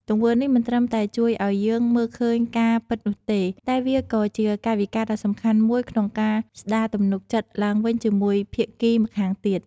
ទង្វើនេះមិនត្រឹមតែជួយឱ្យយើងមើលឃើញការពិតនោះទេ តែវាក៏ជាកាយវិការដ៏សំខាន់មួយក្នុងការស្ដារទំនុកចិត្តឡើងវិញជាមួយភាគីម្ខាងទៀត។